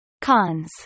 Cons